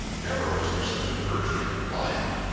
never was there such a burgeoning of life.